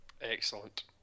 Excellent